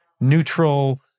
neutral